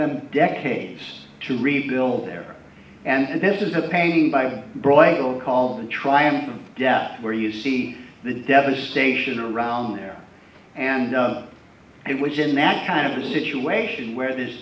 them decades to rebuild there and this is a painting by broyhill called the triumph of death where you see the devastation around there and it was in that kind of a situation where this